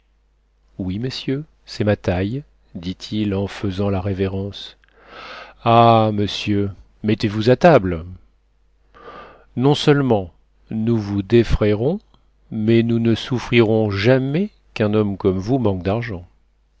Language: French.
oui messieurs c'est ma taille dit-il en fesant la révérence ah monsieur mettez-vous à table non seulement nous vous défraierons mais nous ne souffrirons jamais qu'un homme comme vous manque d'argent